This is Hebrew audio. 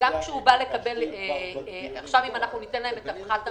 אם אנחנו ניתן להם את הפחת המואץ,